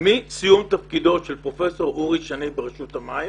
שמסיום תפקידו של פרופסור אורי שני ברשות המים